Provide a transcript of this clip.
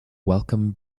welcome